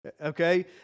Okay